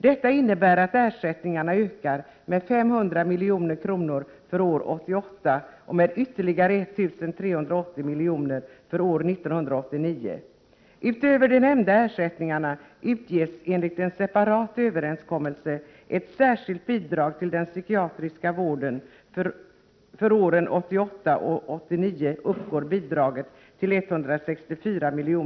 Detta innebär att ersättningarna ökar med 500 milj.kr. för år 1988 och med ytterligare 1 380 milj.kr. för år 1989. Utöver de nämnda ersättningarna utges ett särskilt bidrag till den psykiatriska vården enligt en separat överenskommelse.